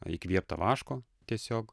įkvėptą vaško tiesiog